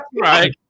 right